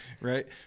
right